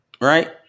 Right